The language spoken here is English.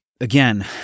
Again